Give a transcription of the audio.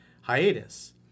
hiatus